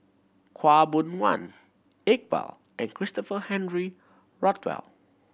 Khaw Boon Wan Iqbal and Christopher Henry Rothwell